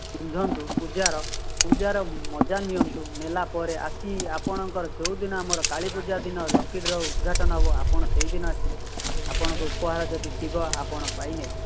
ପିନ୍ଧନ୍ତୁ ପୂଜାର ପୂଜାର ମଜା ନିଅନ୍ତୁ ନେଲାପରେ ଆସି ଆପଣଙ୍କର ଯେଉଁ ଦିନ ଆମର କାଳୀପୂଜା ଦିନ ଲକି ଡ୍ର ଉଦଘାଟନ ହେବ ଆପଣ ସେହି ଦିନ ଆସି ଆପଣଙ୍କ ଉପହାର ଯଦି ଥିବ ଆପଣ ପାଇନେବେ